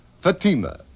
Fatima